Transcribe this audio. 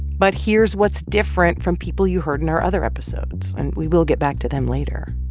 but here's what's different from people you heard in our other episodes and we will get back to them later